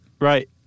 Right